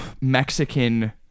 mexican